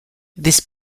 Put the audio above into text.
this